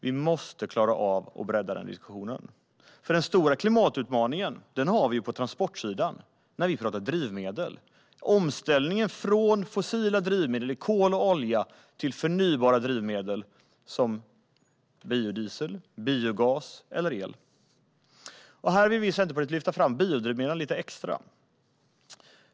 Vi måste klara av att bredda den diskussionen, för den stora klimatutmaningen har vi på transportsidan när vi talar om drivmedel: omställningen från fossila drivmedel som kol och olja till förnybara drivmedel som biodiesel, biogas eller el. Här vill vi i Centerpartiet lyfta fram biodrivmedlen lite extra.